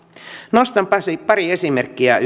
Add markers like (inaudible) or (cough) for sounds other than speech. nostan pari esimerkkiä (unintelligible)